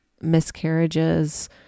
miscarriages